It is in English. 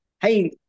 hey